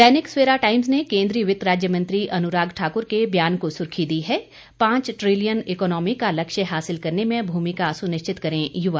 दैनिक Savera Times ने केंद्रीय वित्त राज्य मंत्री अनुराग ठाकुर के बयान को सुर्खी दी है पांच ट्रिलियन इकॉनमी का लक्ष्य हासिल करने में भूमिका सुनिश्चित करें युवा